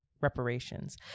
reparations